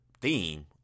theme